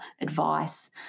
advice